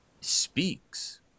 speaks